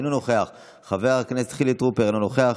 אינו נוכח,